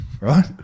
right